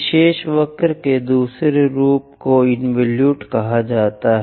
विशेष वक्र के दूसरे रूप को इन्वोल्यूट कहा जाता है